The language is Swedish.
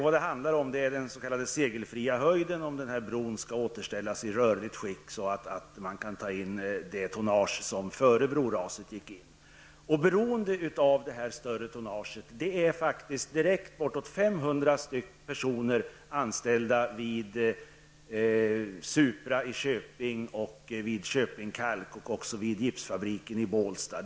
Det handlar om den segelfria höjden -- om bron skall återställas i rörligt skick, så att man kan ta in ett lika stort tonnage som före brosraset. Beroende av det större tonnaget är faktiskt direkt bortåt 500 personer, anställda vid Supra i Köping, vid Köping Kalk och också vid gipsfabriken i Bålsta.